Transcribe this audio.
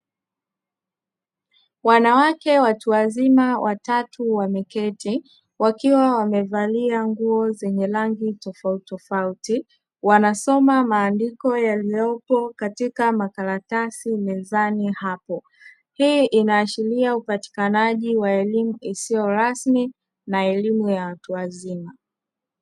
Wanawake watu wazima watatu wameketi wakiwa wamevalia nguo zenye rangi tofautitofauti, wanasoma maandiko yaliyopo katika makaratasi mezani hapo. Hii inaashiria upatikanaji wa elimu isiyo rasmi na elimu ya watu wazima.